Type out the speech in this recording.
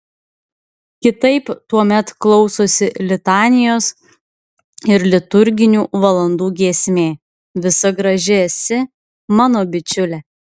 kitaip tuomet klausosi litanijos ir liturginių valandų giesmė visa graži esi mano bičiule